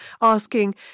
asking